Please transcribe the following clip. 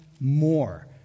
more